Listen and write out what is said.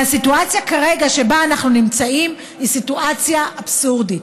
הסיטואציה שבה אנחנו נמצאים כרגע היא סיטואציה אבסורדית.